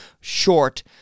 short